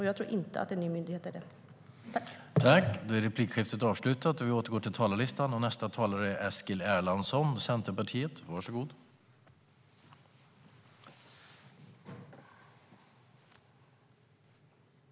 Jag tror inte att en ny myndighet är rätt sätt.